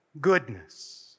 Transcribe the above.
goodness